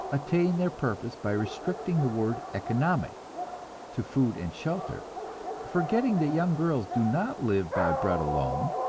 attain their purpose by restricting the word economic to food and shelter forgetting that young girls do not live by bread alone,